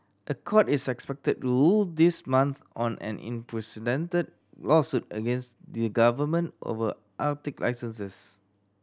a court is expected to rule this month on an lawsuit against the government over Arctic licenses